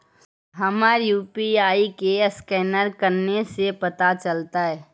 हमर यु.पी.आई के असकैनर कने से पता चलतै?